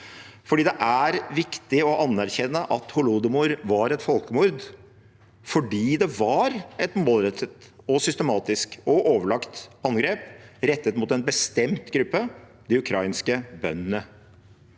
saken. Det er viktig å anerkjenne at holodomor var et folkemord fordi det var et målrettet, systematisk og overlagt angrep rettet mot en bestemt gruppe, de ukrainske bøndene.